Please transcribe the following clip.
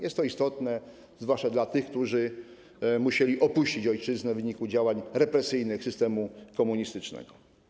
Jest to istotne zwłaszcza dla tych, którzy musieli opuścić ojczyznę w wyniku działań represyjnych systemu komunistycznego.